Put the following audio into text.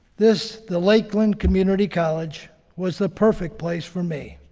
this, the lakeland community college was the perfect place for me.